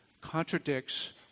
contradicts